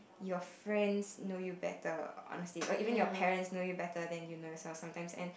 your friends know you better honesty or even your parents know you better then you know yourself sometimes and